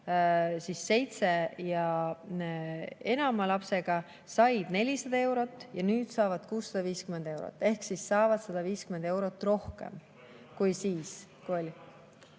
Seitsme ja enama lapsega [pered] said 400 eurot ja nüüd saavad 650 eurot ehk saavad 150 eurot rohkem kui siis.